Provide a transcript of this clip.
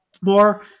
more